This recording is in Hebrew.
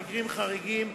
במקרים חריגים,